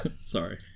Sorry